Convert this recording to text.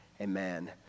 Amen